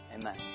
Amen